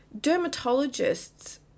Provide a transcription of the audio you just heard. Dermatologists